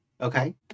Okay